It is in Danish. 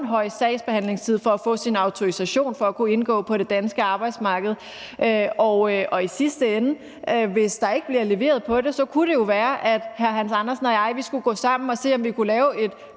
lang sagsbehandlingstid, for at de kan få deres autorisation, sådan at de kan indgå på det danske arbejdsmarked. Og i sidste ende – hvis der ikke bliver leveret på det – så kunne det jo være, at hr. Hans Andersen og jeg skulle gå sammen og se, om vi kunne lave et